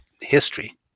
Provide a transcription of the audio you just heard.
history